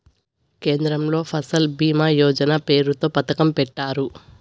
కేంద్రంలో ఫసల్ భీమా యోజన పేరుతో పథకం పెట్టారు